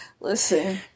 Listen